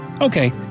Okay